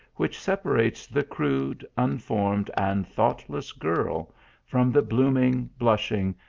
which separates the crude, unformed and thoughtless girl from the bloom ing, blushing,